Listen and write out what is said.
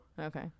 Okay